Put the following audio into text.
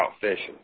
fishing